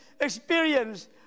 experience